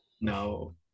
No